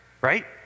right